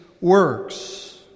works